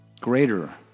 greater